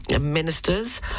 ministers